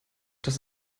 das